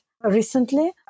recently